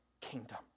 kingdom